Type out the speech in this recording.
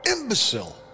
Imbecile